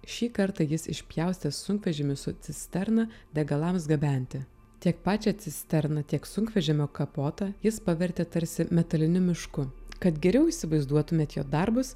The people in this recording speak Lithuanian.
šį kartą jis išpjaustė sunkvežimį su cisterna degalams gabenti tiek pačią cisterną tiek sunkvežimio kapotą jis pavertė tarsi metaliniu mišku kad geriau įsivaizduotumėt jo darbus